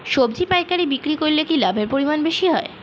সবজি পাইকারি বিক্রি করলে কি লাভের পরিমাণ বেশি হয়?